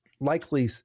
likely